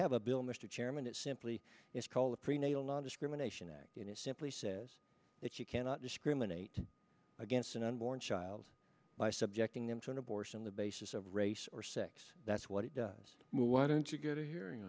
have a bill mr chairman that simply is called the prenatal nondiscrimination act in a simply says that you cannot discriminate against an unborn child by subjecting them to an abortion on the basis of race or sex that's what it does move why don't you get a hearing